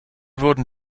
wurden